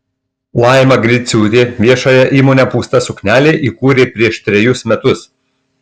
laima griciūtė viešąją įmonę pūsta suknelė įkūrė prieš trejus metus